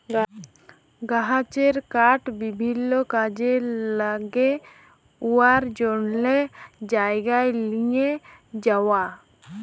গাহাচের কাঠ বিভিল্ল্য কাজে ল্যাগে উয়ার জ্যনহে জায়গায় লিঁয়ে যাউয়া